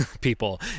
people